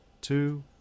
two